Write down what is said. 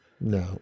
no